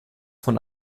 von